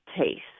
taste